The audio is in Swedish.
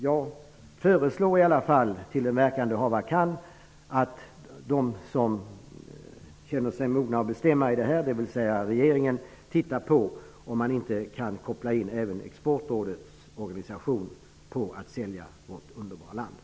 Jag föreslår i alla fall, till den verkan det hava kan, att de som känner sig mogna att bestämma om detta, dvs. regeringen, ser över om man inte kan koppla in Exportrådets oganisation när det gäller att sälja vårt underbara land.